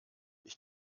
ich